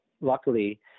luckily